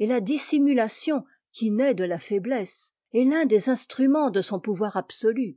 et la dissimulation qui naît de la faiblesse est i'un des instruments de son pouvoir absolu